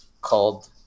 called